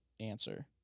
answer